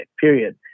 period